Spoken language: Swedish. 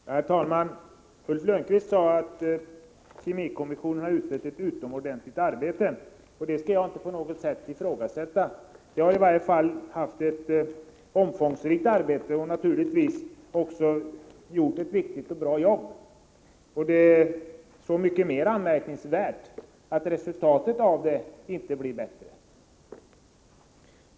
Herr talman! Ulf Lönnqvist sade att kemikommissionen har utfört ett utomordentligt arbete, och det skall jag inte på något sätt ifrågasätta. I varje fall har arbetet varit omfångsrikt, och kommissionen har naturligtvis också gjort ett viktigt och bra jobb. Det är så mycket mera anmärkningsvärt att resultatet av det inte blir bättre.